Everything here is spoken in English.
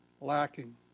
lacking